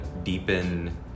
deepen